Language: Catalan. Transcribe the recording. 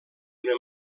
una